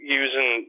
using